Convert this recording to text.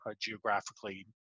geographically